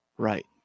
Right